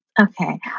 Okay